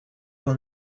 will